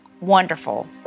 wonderful